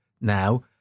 Now